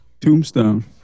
Tombstone